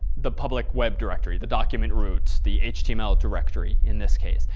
the public web directory, the document roots, the html directory in this case.